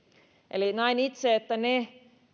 eli näen itse että